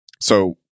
So-